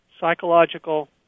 psychological